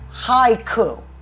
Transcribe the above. Haiku